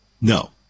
No